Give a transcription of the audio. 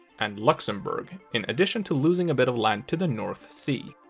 and luxembourg, in addition to losing a bit of land to the north sea.